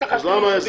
למה זה